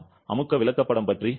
அமுக்க விளக்கப்படம் பற்றி என்ன